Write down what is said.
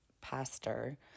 pastor